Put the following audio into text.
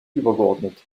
übergeordnet